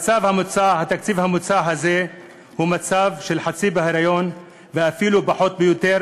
התקציב המוצע הזה הוא מצב של חצי היריון ואפילו פחות מזה,